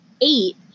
eight